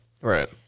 Right